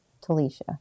Talisha